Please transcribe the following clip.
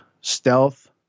stealth